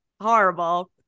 horrible